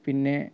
പിന്നെ